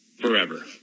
forever